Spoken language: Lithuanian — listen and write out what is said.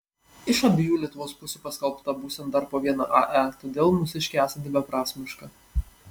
iš abiejų lietuvos pusių paskelbta būsiant dar po vieną ae todėl mūsiškė esanti beprasmiška